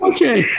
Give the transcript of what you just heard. Okay